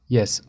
Yes